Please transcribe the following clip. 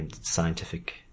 scientific